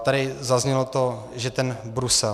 Tady zaznělo to, že ten Brusel.